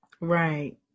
right